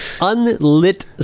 Unlit